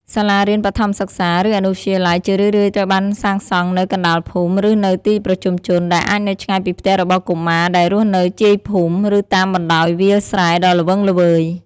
សាលារៀនបឋមសិក្សា ឬអនុវិទ្យាល័យ ជារឿយៗត្រូវបានសាងសង់នៅកណ្តាលភូមិ ឬនៅទីប្រជុំជន ដែលអាចនៅឆ្ងាយពីផ្ទះរបស់កុមារដែលរស់នៅជាយភូមិ ឬតាមបណ្តោយវាលស្រែដ៏ល្វឹងល្វើយ។